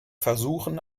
versuchen